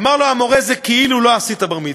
אמר לו המורה: זה כאילו לא עשית בר-מצווה.